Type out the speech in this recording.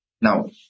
now